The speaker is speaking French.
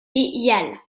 yale